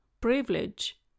privilege